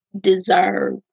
deserve